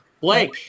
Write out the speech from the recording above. Blake